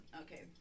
Okay